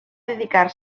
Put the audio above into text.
dedicar